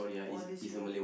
all these games